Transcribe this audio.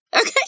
Okay